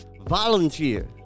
volunteer